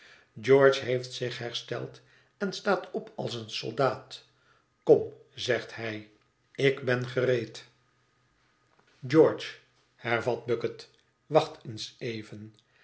george heeft zich hersteld en staat op als een soldaat kom zegt hij ik ben gereed plicht bestaanbaar is en